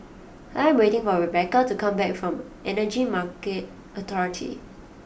I am waiting for Rebeca to come back from Energy Market Authority